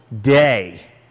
day